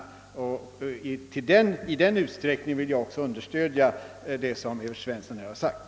I detta avseende vill jag understryka vad herr Svensson i Kungälv har sagt.